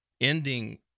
ending